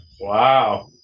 Wow